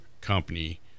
company